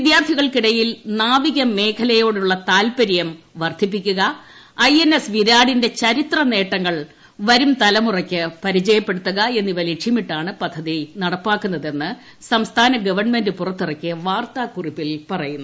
വിദ്യാർത്ഥികൾക്കിടയിൽ പ്രസ്റ്റ്വികമേഖലയോടുള്ള താൽപര്യം വർദ്ധിപ്പിക്കുക ഐ എൻ എസ് വിരാടിന്റെ ചരിത്ര നേട്ടങ്ങൾ പുതിയ തലമുറയ്ക്ക് പ്രിചയപ്പെടുത്തുക എന്നിവ ലക്ഷ്യമിട്ടാണ് പദ്ധതി നടപ്പാക്കുന്നതെന്ന് സംസ്ഥാന ഗവൺമെന്റ് പുറത്തിറക്കിയ വാർത്താക്കുറിപ്പിൽ പറയുന്നു